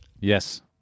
Yes